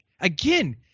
again